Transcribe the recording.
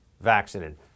vaccinated